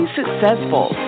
successful